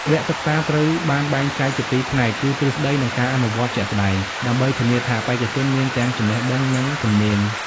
វគ្គសិក្សាត្រូវបានបែងចែកជាពីរផ្នែក គឺទ្រឹស្តី និងការអនុវត្តជាក់ស្តែង ដើម្បីធានាថាបេក្ខជនមានទាំងចំណេះដឹង និងជំនាញ។